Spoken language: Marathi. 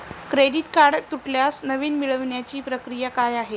क्रेडिट कार्ड तुटल्यास नवीन मिळवण्याची प्रक्रिया काय आहे?